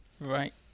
right